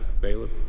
Bailiff